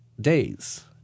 days